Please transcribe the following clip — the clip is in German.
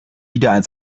wieder